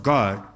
God